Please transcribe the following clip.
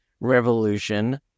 Revolution